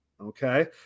okay